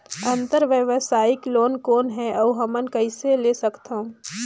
अंतरव्यवसायी लोन कौन हे? अउ हमन कइसे ले सकथन?